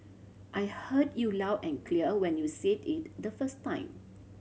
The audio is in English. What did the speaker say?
I heard you loud and clear when you said it the first time